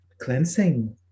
cleansing